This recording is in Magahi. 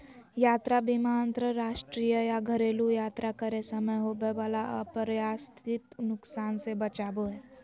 यात्रा बीमा अंतरराष्ट्रीय या घरेलू यात्रा करे समय होबय वला अप्रत्याशित नुकसान से बचाबो हय